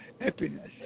happiness